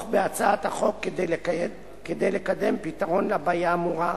בהצעת החוק כדי לקדם פתרון לבעיה האמורה,